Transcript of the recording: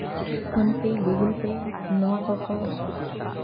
phone ᱯᱮ Google ᱯᱮ ᱱᱚᱣᱟ ᱠᱚᱠᱚ